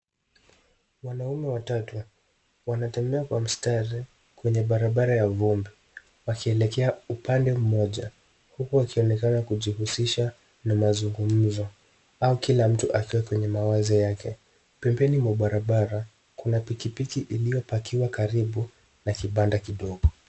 Wanaume watatu wanatembea kwa mstari kwenye barabara ya vumbi wakielekea upande mmoja huku wakionekana kujihusisha na mazungumzo au kila mtu akiwa kwenye mawazo yake. Pembeni mwa barabara kuna piki piki iliyopakiwa karibu na kibanda kidogo.